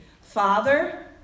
Father